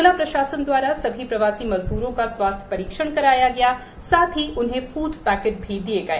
जिला प्रशासन द्वारा समस्त प्रवासी मजदूरों का स्वास्थ्य परीक्षण कराया गया साथ ही उन्हें फ़ूड पैकेट भी दिए गए